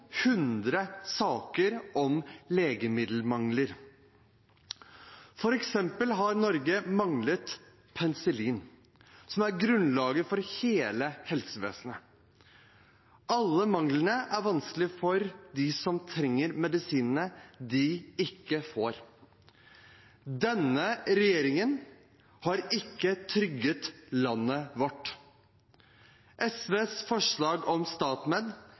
saker om legemiddelmangel. Norge har f.eks. manglet penicillin, som er grunnlaget for hele helsevesenet. Alle manglene er vanskelige for dem som trenger medisinene de ikke får. Denne regjeringen har ikke trygget landet vårt. SVs forslag om StatMed